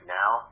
now